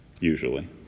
usually